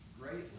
greatly